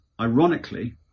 Ironically